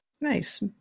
nice